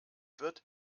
wird